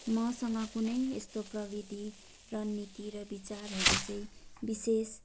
मसँग कुनै यस्तो प्रविधि रणनीति र विचारहरू चाहिँ विशेष